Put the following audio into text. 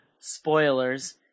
spoilers